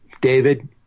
David